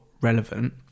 relevant